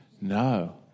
No